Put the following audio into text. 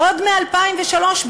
עוד מ-2003,